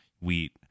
wheat